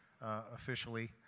officially